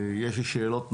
יש לי שאלות נוקבות,